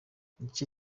igice